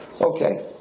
Okay